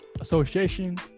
association